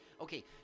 Okay